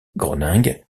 groningue